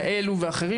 ועוד כאלו ואחרות,